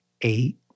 eight